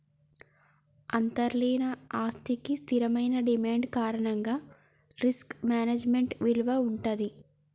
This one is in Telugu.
అంతర్లీన ఆస్తికి స్థిరమైన డిమాండ్ కారణంగా రిస్క్ మేనేజ్మెంట్ విలువ వుంటది